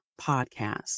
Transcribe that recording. podcast